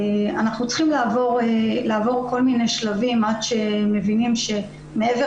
אנחנו צריכים לעבור כל מיני שלבים עד שמבינים שמעבר